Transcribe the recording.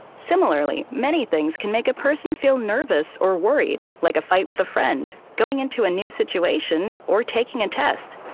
similarly, many things can make a person feel nervous or worried, like a fight with a friend, going into a new situation or taking a test.